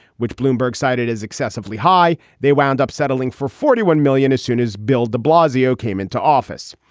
which bloomberg cited as excessively high. they wound up settling for forty one million as soon as bill de blasio came into office.